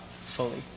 fully